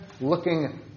looking